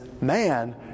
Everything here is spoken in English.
man